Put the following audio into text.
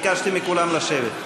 ביקשתי מכולם לשבת.